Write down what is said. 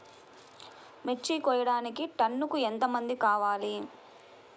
మిర్చి కోయడానికి టన్నుకి ఎంత మంది కావాలి?